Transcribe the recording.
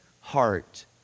heart